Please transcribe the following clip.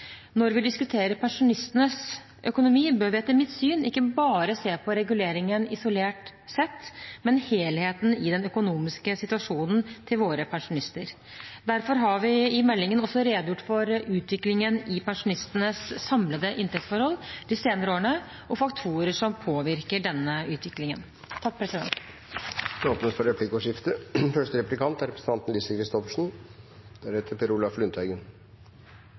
Når vi diskuterer pensjonistenes økonomi, bør vi etter mitt syn ikke bare se på reguleringen isolert sett, men helheten i den økonomiske situasjonen til våre pensjonister. Derfor har vi i meldingen også redegjort for utviklingen i pensjonistenes samlede inntektsforhold de senere årene og faktorer som påvirker denne utviklingen.